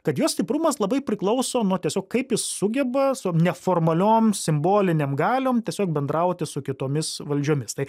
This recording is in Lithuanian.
kad jo stiprumas labai priklauso nuo tiesiog kaip jis sugeba su neformalioms simbolinėm galiom tiesiog bendrauti su kitomis valdžiomis tai